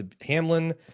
Hamlin